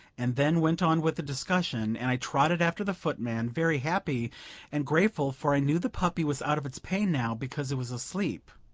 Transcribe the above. and then went on with the discussion, and i trotted after the footman, very happy and grateful, for i knew the puppy was out of its pain now, because it was asleep.